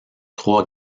trois